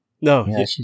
no